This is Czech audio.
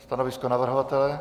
Stanovisko navrhovatele?